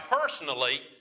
personally